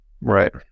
Right